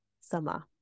summer